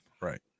Right